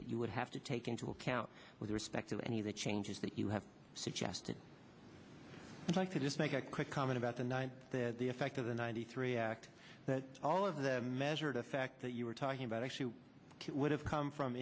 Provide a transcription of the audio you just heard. that you would have to take into account with respect to any of the changes that you have suggested i'd like to just make a quick comment about tonight that the effect of the ninety three act that all of the measured effect that you were talking about actually would have come from